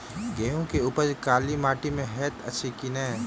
गेंहूँ केँ उपज काली माटि मे हएत अछि की नै?